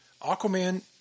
Aquaman